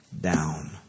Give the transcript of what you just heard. down